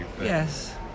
yes